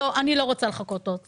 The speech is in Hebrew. לא, אני לא רוצה לחכות עוד קצת.